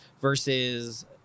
versus